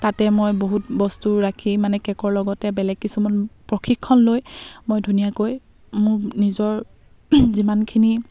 তাতে মই বহুত বস্তু ৰাখি মানে কে'কৰ লগতে বেলেগ কিছুমান প্ৰশিক্ষণ লৈ মই ধুনীয়াকৈ মোক নিজৰ যিমানখিনি